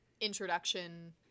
Introduction